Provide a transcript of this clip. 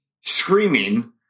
screaming